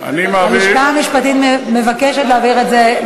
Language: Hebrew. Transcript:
הלשכה המשפטית מבקשת להעביר את זה לוועדת הפנים.